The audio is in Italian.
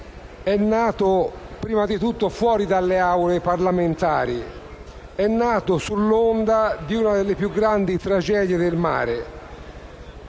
è nato prima di tutto fuori dalle Aule parlamentari. È nato sull'onda di una delle più grandi tragedie del mare,